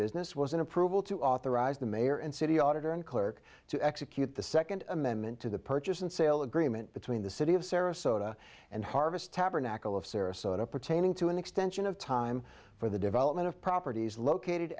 business was an approval to authorize the mayor and city auditor and clerk to execute the second amendment to the purchase and sale agreement between the city of sarasota and harvest tabernacle of sarasota pertaining to an extension of time for the development of properties located